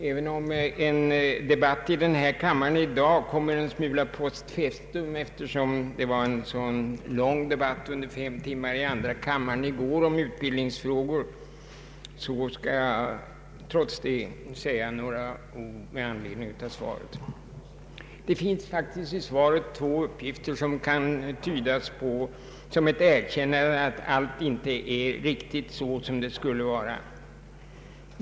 Även om en debatt i denna kammare i dag kommer en smula post festum, eftersom det fördes en fem timmar lång debatt om utbildningsfrågor i andra kammaren i går, skall jag ändå säga några ord med anledning av svaret. Det finns faktiskt i svaret två uppgifter som kan tydas som ett erkännande av att allt inte är riktigt som det skulle vara.